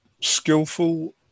skillful